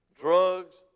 drugs